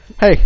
hey